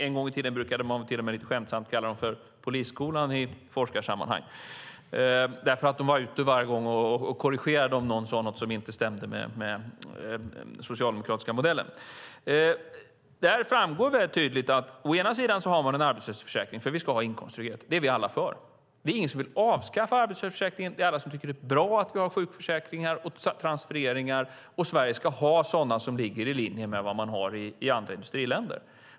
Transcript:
En gång i tiden brukade man till och med lite skämtsamt kalla dem för polisskolan i forskarsammanhang därför att de varje gång som någon sade något som inte stämde med den socialdemokratiska modellen gick ut och korrigerade. Där framgår mycket tydligt att vi har en arbetslöshetsförsäkring för att vi ska ha inkomsttrygghet. Det är vi alla för. Det är ingen som vill avskaffa arbetslöshetsförsäkringen. Alla tycker att det är bra att vi har sjukförsäkringar och transfereringar. Sverige ska ha sådana som ligger i linje med dem som man har i andra industriländer.